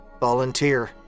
Volunteer